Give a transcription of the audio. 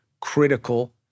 critical